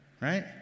right